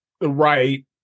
Right